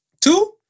Two